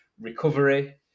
recovery